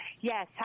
Yes